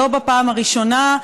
לא בפעם הראשונה,